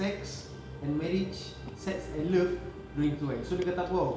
sex and marriage sex and love intertwine so dia kata apa [tau]